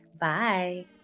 Bye